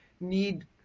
need